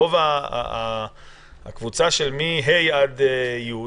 רוב הקבוצה של תלמידים מכיתה ה' ועד כיתה י',